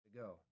Go